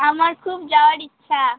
আমার খুব যাওয়ার ইচ্ছা